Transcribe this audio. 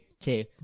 two